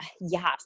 Yes